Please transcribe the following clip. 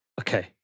okay